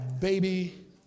baby